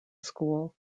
school